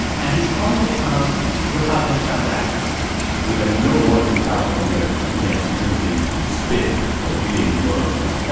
and he's coined the term repugnant transactions we have no laws in california against drinking spit or eating worms.